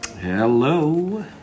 Hello